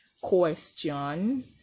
question